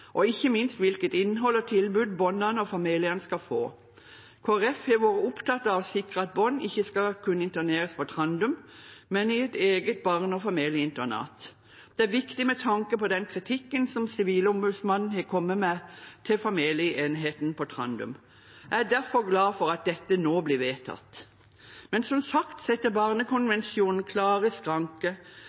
og ikke minst hvilket innhold og tilbud barna og familiene skal få. Kristelig Folkeparti har vært opptatt av å sikre at barn ikke skal kunne interneres på Trandum, men i et eget barne- og familieinternat. Det er viktig med tanke på den kritikken som Sivilombudsmannen har kommet med til familieenheten på Trandum. Jeg er derfor glad for at dette nå blir vedtatt. Men som sagt setter barnekonvensjonen